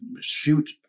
shoot